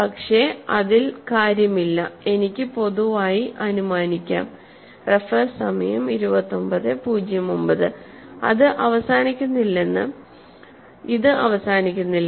പക്ഷെ അതിൽ കാര്യമില്ല എനിക്ക് പൊതുവായി അനുമാനിക്കാം റഫർ സമയം 2909 ഇത് അവസാനിക്കുന്നില്ലെന്ന്